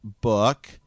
book